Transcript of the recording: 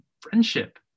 friendship